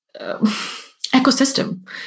ecosystem